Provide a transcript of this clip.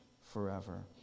Forever